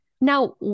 Now